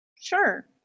Sure